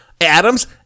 Adams